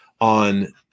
on